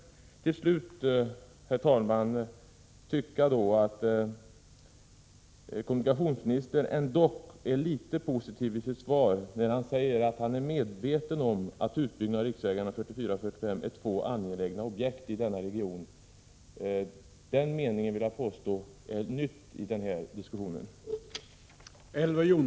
Till slut, herr talman, vill jag bara säga att jag tycker att kommunikationsministern ändå är något positiv i sitt svar. Han säger nämligen att han är medveten om att utbyggnaden av riksvägarna 44 och 45 avser två angelägna objekt i denna region. Jag vill påstå att det som sägs i den meningen är någonting nytt i den här diskussionen.